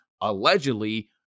allegedly